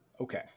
okay